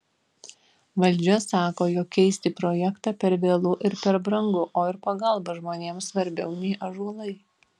valdžia sako jog keisti projektą per vėlu ir per brangu o ir pagalba žmonėms svarbiau nei ąžuolai